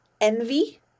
envy